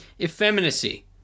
effeminacy